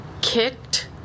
kicked